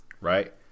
right